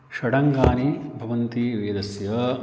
षडङ्गानि भवन्ति वेदस्य